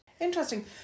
Interesting